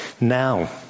now